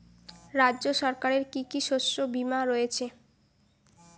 রাজ্য সরকারের কি কি শস্য বিমা রয়েছে?